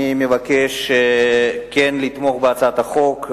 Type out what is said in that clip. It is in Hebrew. אני מבקש לתמוך בהצעת החוק.